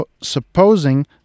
supposing